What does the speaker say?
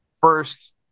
first